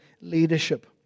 leadership